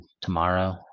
tomorrow